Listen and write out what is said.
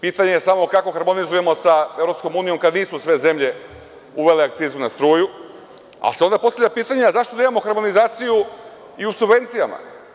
Pitanje je samo kako harmonizujemo sa EU kada nisu sve zemlje uvele akcizu na struju, ali se onda postavlja pitanje zašto da imamo harmonizaciju i u subvencijama?